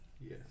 Yes